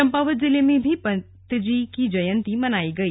चंपावत जिले में भी पंतजीत की जयंती मनाई गई